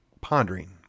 pondering